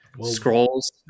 scrolls